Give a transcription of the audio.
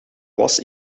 was